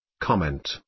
Comment